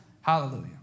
Hallelujah